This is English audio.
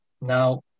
now